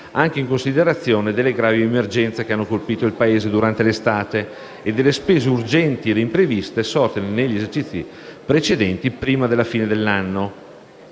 anche in considerazione delle gravi emergenze che hanno colpito il Paese durante l'estate e delle spese urgenti e impreviste sorte negli esercizi precedenti prima della fine dell'anno.